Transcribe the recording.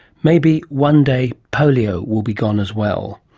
maybe one day polio will be gone as well.